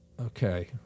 okay